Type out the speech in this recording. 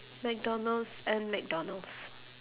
mcdonald's and mcdonald's